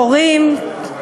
חורים,